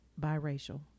biracial